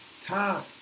time